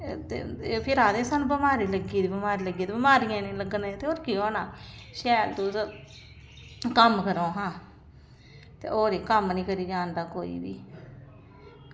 ते फिर आखदे सानूं बमारी लग्गी गेदी बमारी लग्गी गेदी ते बमारियें निं लग्गने ते होर केह् होना शैल तुस कम्म करो हां ते होर एह् कम्म निं करी औंदा कोई बी